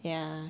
yeah